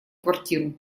квартиру